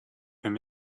him